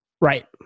Right